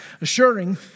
assuring